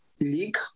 league